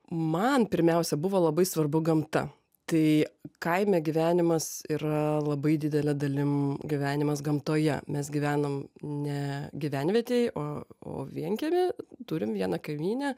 man pirmiausia buvo labai svarbu gamta tai kaime gyvenimas yra labai didele dalim gyvenimas gamtoje mes gyvenam ne gyvenvietėj o o vienkiemy turim vieną kaimynę